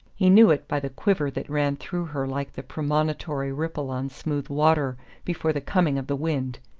he knew it by the quiver that ran through her like the premonitory ripple on smooth water before the coming of the wind.